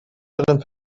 darin